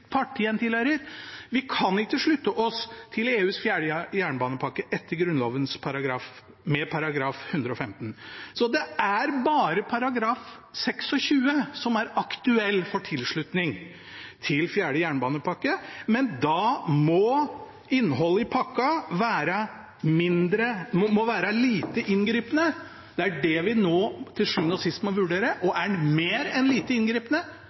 tilhører. Vi kan ikke slutte oss til EUs fjerde jernbanepakke med § 115. Så det er bare § 26 som er aktuell for tilslutning til fjerde jernbanepakke, men da må innholdet i pakka være «lite inngripende». Det er det vi nå til sjuende og sist må vurdere, og er den mer enn «lite inngripende»,